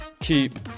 keep